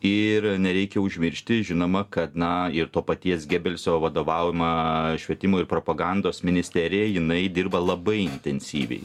ir nereikia užmiršti žinoma kad na ir to paties gebelsio vadovaujama švietimo ir propagandos ministerija jinai dirba labai intensyviai